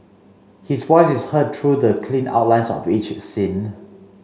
his voice is heard through the clean outlines of each scene